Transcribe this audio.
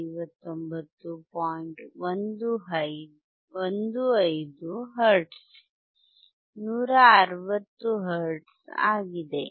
15 hertz 160 hertz ಆಗಿದೆ